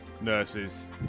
nurses